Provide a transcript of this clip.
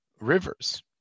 rivers